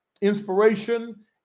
inspiration